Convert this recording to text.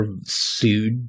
sued